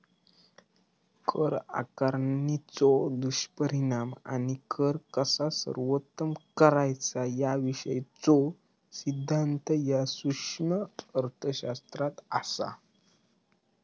कर आकारणीचो दुष्परिणाम आणि कर कसा सर्वोत्तम करायचा याविषयीचो सिद्धांत ह्या सूक्ष्म अर्थशास्त्रात असा